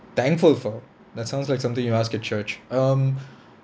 thankful for that sounds like something you ask at church um